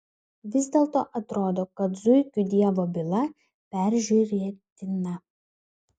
vis dėlto atrodo kad zuikių dievo byla peržiūrėtina